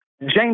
James